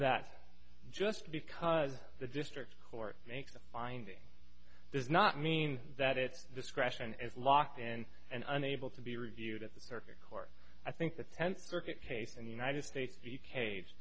that just because the district court makes a finding does not mean that it discretion is locked in and unable to be reviewed at the perfect court i think the tenth circuit case in the united states